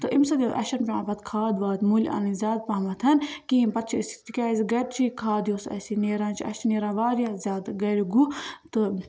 تہٕ اَمہِ سۭتۍ اسہِ چھَِنہٕ پیٚوان پَتہٕ کھاد واد مٔلۍ اَنٕنۍ زیادٕ پَہم کِہیٖنۍ پَتہٕ چھِ أسۍ تِکیٛازِ گھرِچی کھاد یۄس اسہِ نیران چھِ اسہِ چھِ نیران واریاہ زیادٕ گھرِ گوہ تہٕ